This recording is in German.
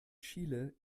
chile